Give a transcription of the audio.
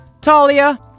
Talia